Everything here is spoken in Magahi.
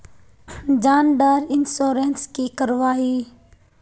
जान डार इंश्योरेंस की करवा ई?